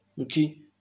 Okay